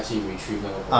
他要去 retrieve 那个 bomb